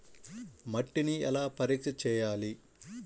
మట్టిని ఎలా పరీక్ష చేయాలి?